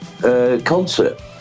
Concert